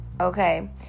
okay